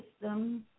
system